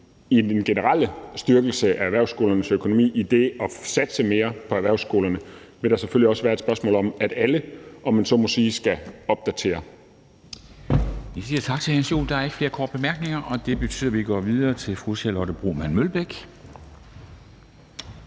i den generelle styrkelse af erhvervsskolernes økonomi, i det at satse mere på erhvervsskolerne, selvfølgelig også være et spørgsmål om, at alle – om man så må sige – skal opdatere. Kl. 13:24 Formanden (Henrik Dam Kristensen): Vi siger tak til hr. Jens Joel. Der er ikke flere korte bemærkninger, og det betyder, at vi går videre til fru Charlotte Broman Mølbæk,